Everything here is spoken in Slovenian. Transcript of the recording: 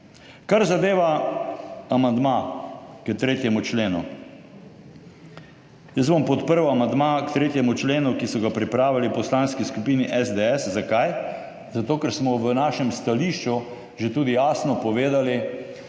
Kar zadeva amandma k 3. členu. Jaz bom podprl amandma k 3. členu, ki so ga pripravili v Poslanski skupini SDS. Zakaj? Zato, ker smo v našem stališču že tudi jasno povedali,